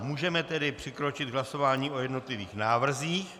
Můžeme tedy přikročit k hlasování o jednotlivých návrzích.